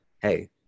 Hey